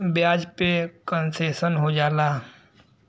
ब्याज पे कन्सेसन हो जाला